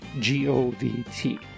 G-O-V-T